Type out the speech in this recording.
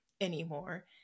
anymore